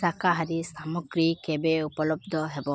ଶାକାହାରୀ ସାମଗ୍ରୀ କେବେ ଉପଲବ୍ଧ ହେବ